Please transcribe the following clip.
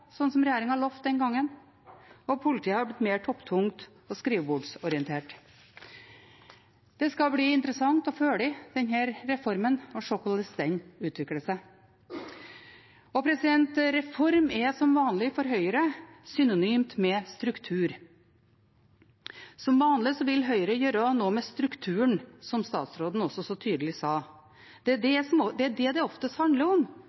den gangen, og politiet er blitt mer topptungt og skrivebordsorientert. Det skal bli interessant å følge denne reformen og se hvordan den utvikler seg. Reform er som vanlig for Høyre synonymt med struktur. Som vanlig vil Høyre gjøre noe med strukturen, som statsråden også så tydelig sa. Det er det det oftest handler om